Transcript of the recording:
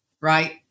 right